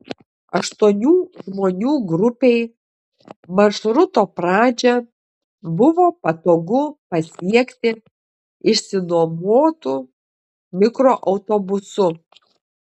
aštuonių žmonių grupei maršruto pradžią buvo patogu pasiekti išsinuomotu mikroautobusu